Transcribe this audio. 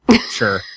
sure